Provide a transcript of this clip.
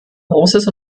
großes